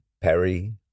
Perry